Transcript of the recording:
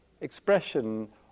expression